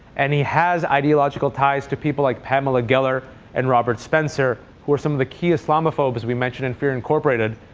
and he has ideological ties to people like pamela geller and robert spencer who were some of the key islamophobes we mentioned in fear, incorporated,